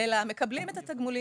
אלא מקבלים את התגמולים.